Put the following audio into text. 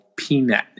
pnet